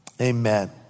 amen